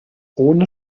ohne